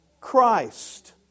Christ